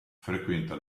frequenta